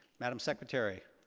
madame secretary.